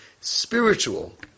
Spiritual